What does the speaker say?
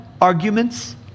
arguments